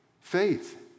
Faith